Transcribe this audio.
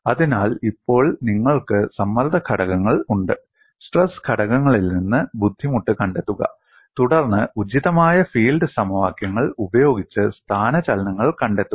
അതിനാൽ ഇപ്പോൾ നിങ്ങൾക്ക് സമ്മർദ്ദ ഘടകങ്ങൾ ഉണ്ട് സ്ട്രെസ് ഘടകങ്ങളിൽ നിന്ന് ബുദ്ധിമുട്ട് കണ്ടെത്തുക തുടർന്ന് ഉചിതമായ ഫീൽഡ് സമവാക്യങ്ങൾ ഉപയോഗിച്ച് സ്ഥാനചലനങ്ങൾ കണ്ടെത്തുക